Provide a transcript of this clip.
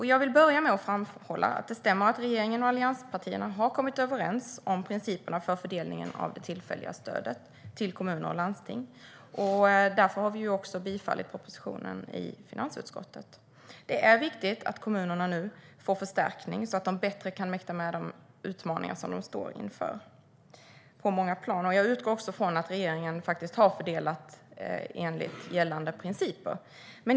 Jag vill börja med att framhålla att det stämmer att regeringen och allianspartierna har kommit överens om principerna för fördelningen av det tillfälliga stödet till kommuner och landsting. Därför har vi också bifallit propositionen i finansutskottet. Det är viktigt att kommunerna nu får förstärkning så att de bättre kan mäkta med de utmaningar de står inför på många plan. Jag utgår också från att regeringen faktiskt har fördelat enligt gällande principer.